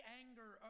anger